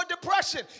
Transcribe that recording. depression